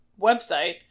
website